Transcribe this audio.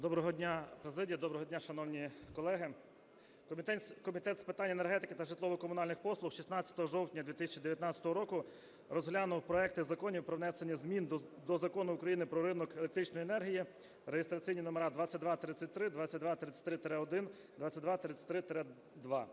Доброго дня, президія! Доброго дня, шановні колеги! Комітет з питань енергетики та житлово-комунальних послуг 16 жовтня 2019 року розглянув проекти законів про внесення змін до Закону України "Про ринок електричної енергії" (реєстраційні номер 2233, 2233-1, 2233-2).